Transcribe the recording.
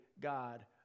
God